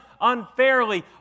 unfairly